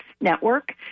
Network